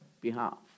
behalf